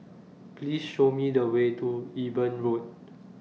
Please Show Me The Way to Eben Road